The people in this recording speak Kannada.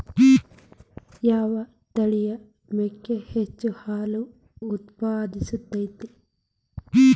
ಯಾವ ತಳಿಯ ಮೇಕೆ ಹೆಚ್ಚು ಹಾಲು ಉತ್ಪಾದಿಸತೈತ್ರಿ?